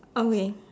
okay